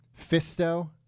Fisto